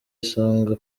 isonga